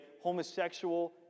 homosexual